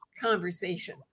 conversation